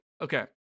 Okay